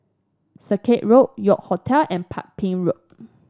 Circuit Road York Hotel and Ping Road